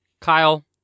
Kyle